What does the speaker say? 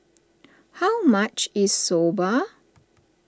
how much is Soba